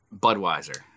Budweiser